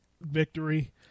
victory